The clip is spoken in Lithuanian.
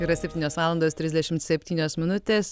yra septynios valandos trisdešimt septynios minutės